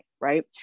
right